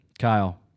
Kyle